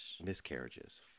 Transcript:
miscarriages